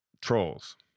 Trolls